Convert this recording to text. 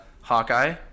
Hawkeye